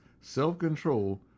self-control